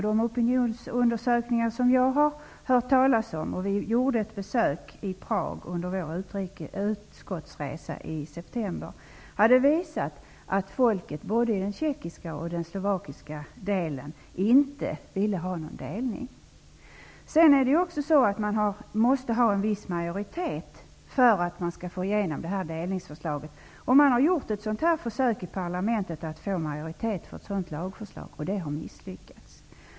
De opinionsundersökningar som jag har hört talas om -- vi gjorde ett besök i Prag under vår utskottsresa i september -- visade att folket, både i den tjeckiska och i den slovakiska delen, inte ville ha en delning. Sedan måste man ha en viss majoritet för att få igenom delningsförslaget. Det har gjorts ett försök i parlamentet att få majoritet för ett sådant lagförslag, och det har misslyckats.